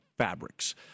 Fabrics